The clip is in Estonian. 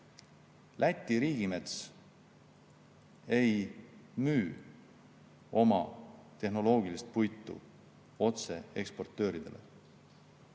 Läti riigimets ei müü oma tehnoloogilist puitu otse eksportööridele.